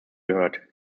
gehört